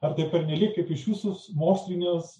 ar tai pernelyg iš visos mokslinės